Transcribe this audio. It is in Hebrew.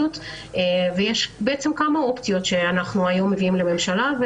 ויש כמה אופציות שאנחנו מביאים היום לממשלה.